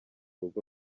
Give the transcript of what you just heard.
rugo